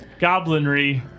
Goblinry